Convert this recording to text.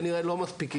כנראה הם לא מספיקים,